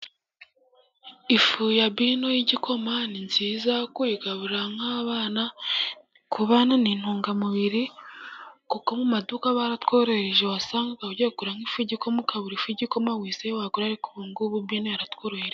Ifu ya bino y'igikoma ni nziza, kuyigaburira nk'abana ku bana ni intungamubiri kuko mu maduka baratworohereje, wasangaga wagiye nko kugura nk'ifu y'igikoma, ukabura nk'ifu y'igikoma wizeye wagura ariko ubu ngubu bino yaratworohereje.